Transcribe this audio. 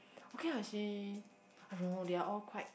okay lah she I don't know they all quite